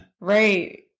Right